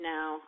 Now